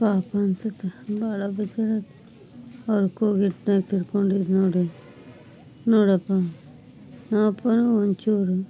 ಪಾಪ ಅನಿಸುತ್ತೆ ಭಾಳ ಬೇಜಾರು ಅವ್ರು ಕೂಗಿದ್ದು ತೀರ್ಕೊಂಡಿದ್ದು ನೋಡಿ ನೋಡಪ್ಪ ನಮ್ಮಪ್ಪನು ಒಂಚೂರು